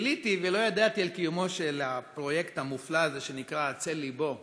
גיליתי ולא ידעתי על קיומו של הפרויקט המופלא הזה שנקרא "הצל לבו"